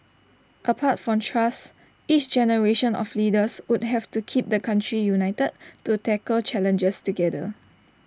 apart from trust each generation of leaders would have to keep the country united to tackle challenges together